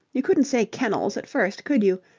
you couldn't say kennels at first, could you?